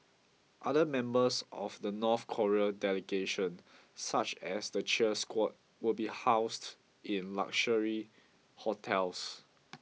other members of the North Korean delegation such as the cheer squad will be housed in luxury hotels